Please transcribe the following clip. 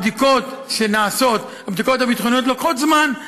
הבדיקות הביטחוניות שנעשות לוקחות זמן,